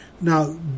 Now